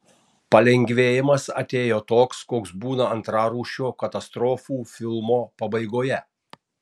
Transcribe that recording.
palengvėjimas atėjo toks koks būna antrarūšio katastrofų filmo pabaigoje